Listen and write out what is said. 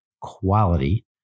quality